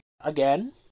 Again